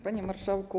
Panie Marszałku!